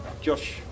Josh